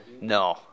No